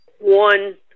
one